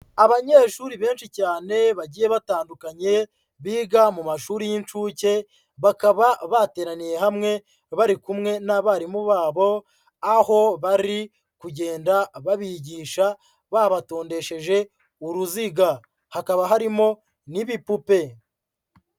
Abanyeshuri benshi cyane bagiye batandukanye, biga mu mashuri y'incuke, bakaba bateraniye hamwe bari kumwe n'abarimu babo, aho bari kugenda babigisha babatondesheje uruziga, hakaba harimo n'ibipupe.